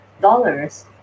dollars